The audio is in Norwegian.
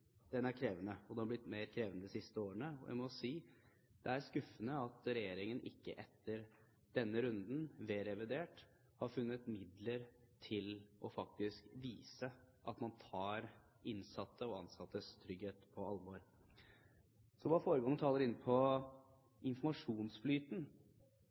er krevende, og den er blitt mer krevende de siste årene. Jeg må si at det er skuffende at regjeringen ikke etter denne runden, ved revidert, har funnet midler til faktisk å vise at man tar innsattes og ansattes trygghet på alvor. Så var foregående taler